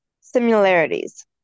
similarities